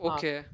Okay